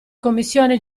commissione